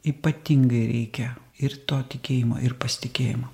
ypatingai reikia ir to tikėjimo ir pasitikėjimo